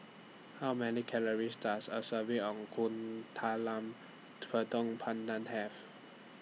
How Many Calories Does A Serving of Kuih Talam Tepong Pandan Have